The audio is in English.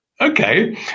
Okay